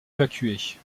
évacués